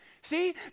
See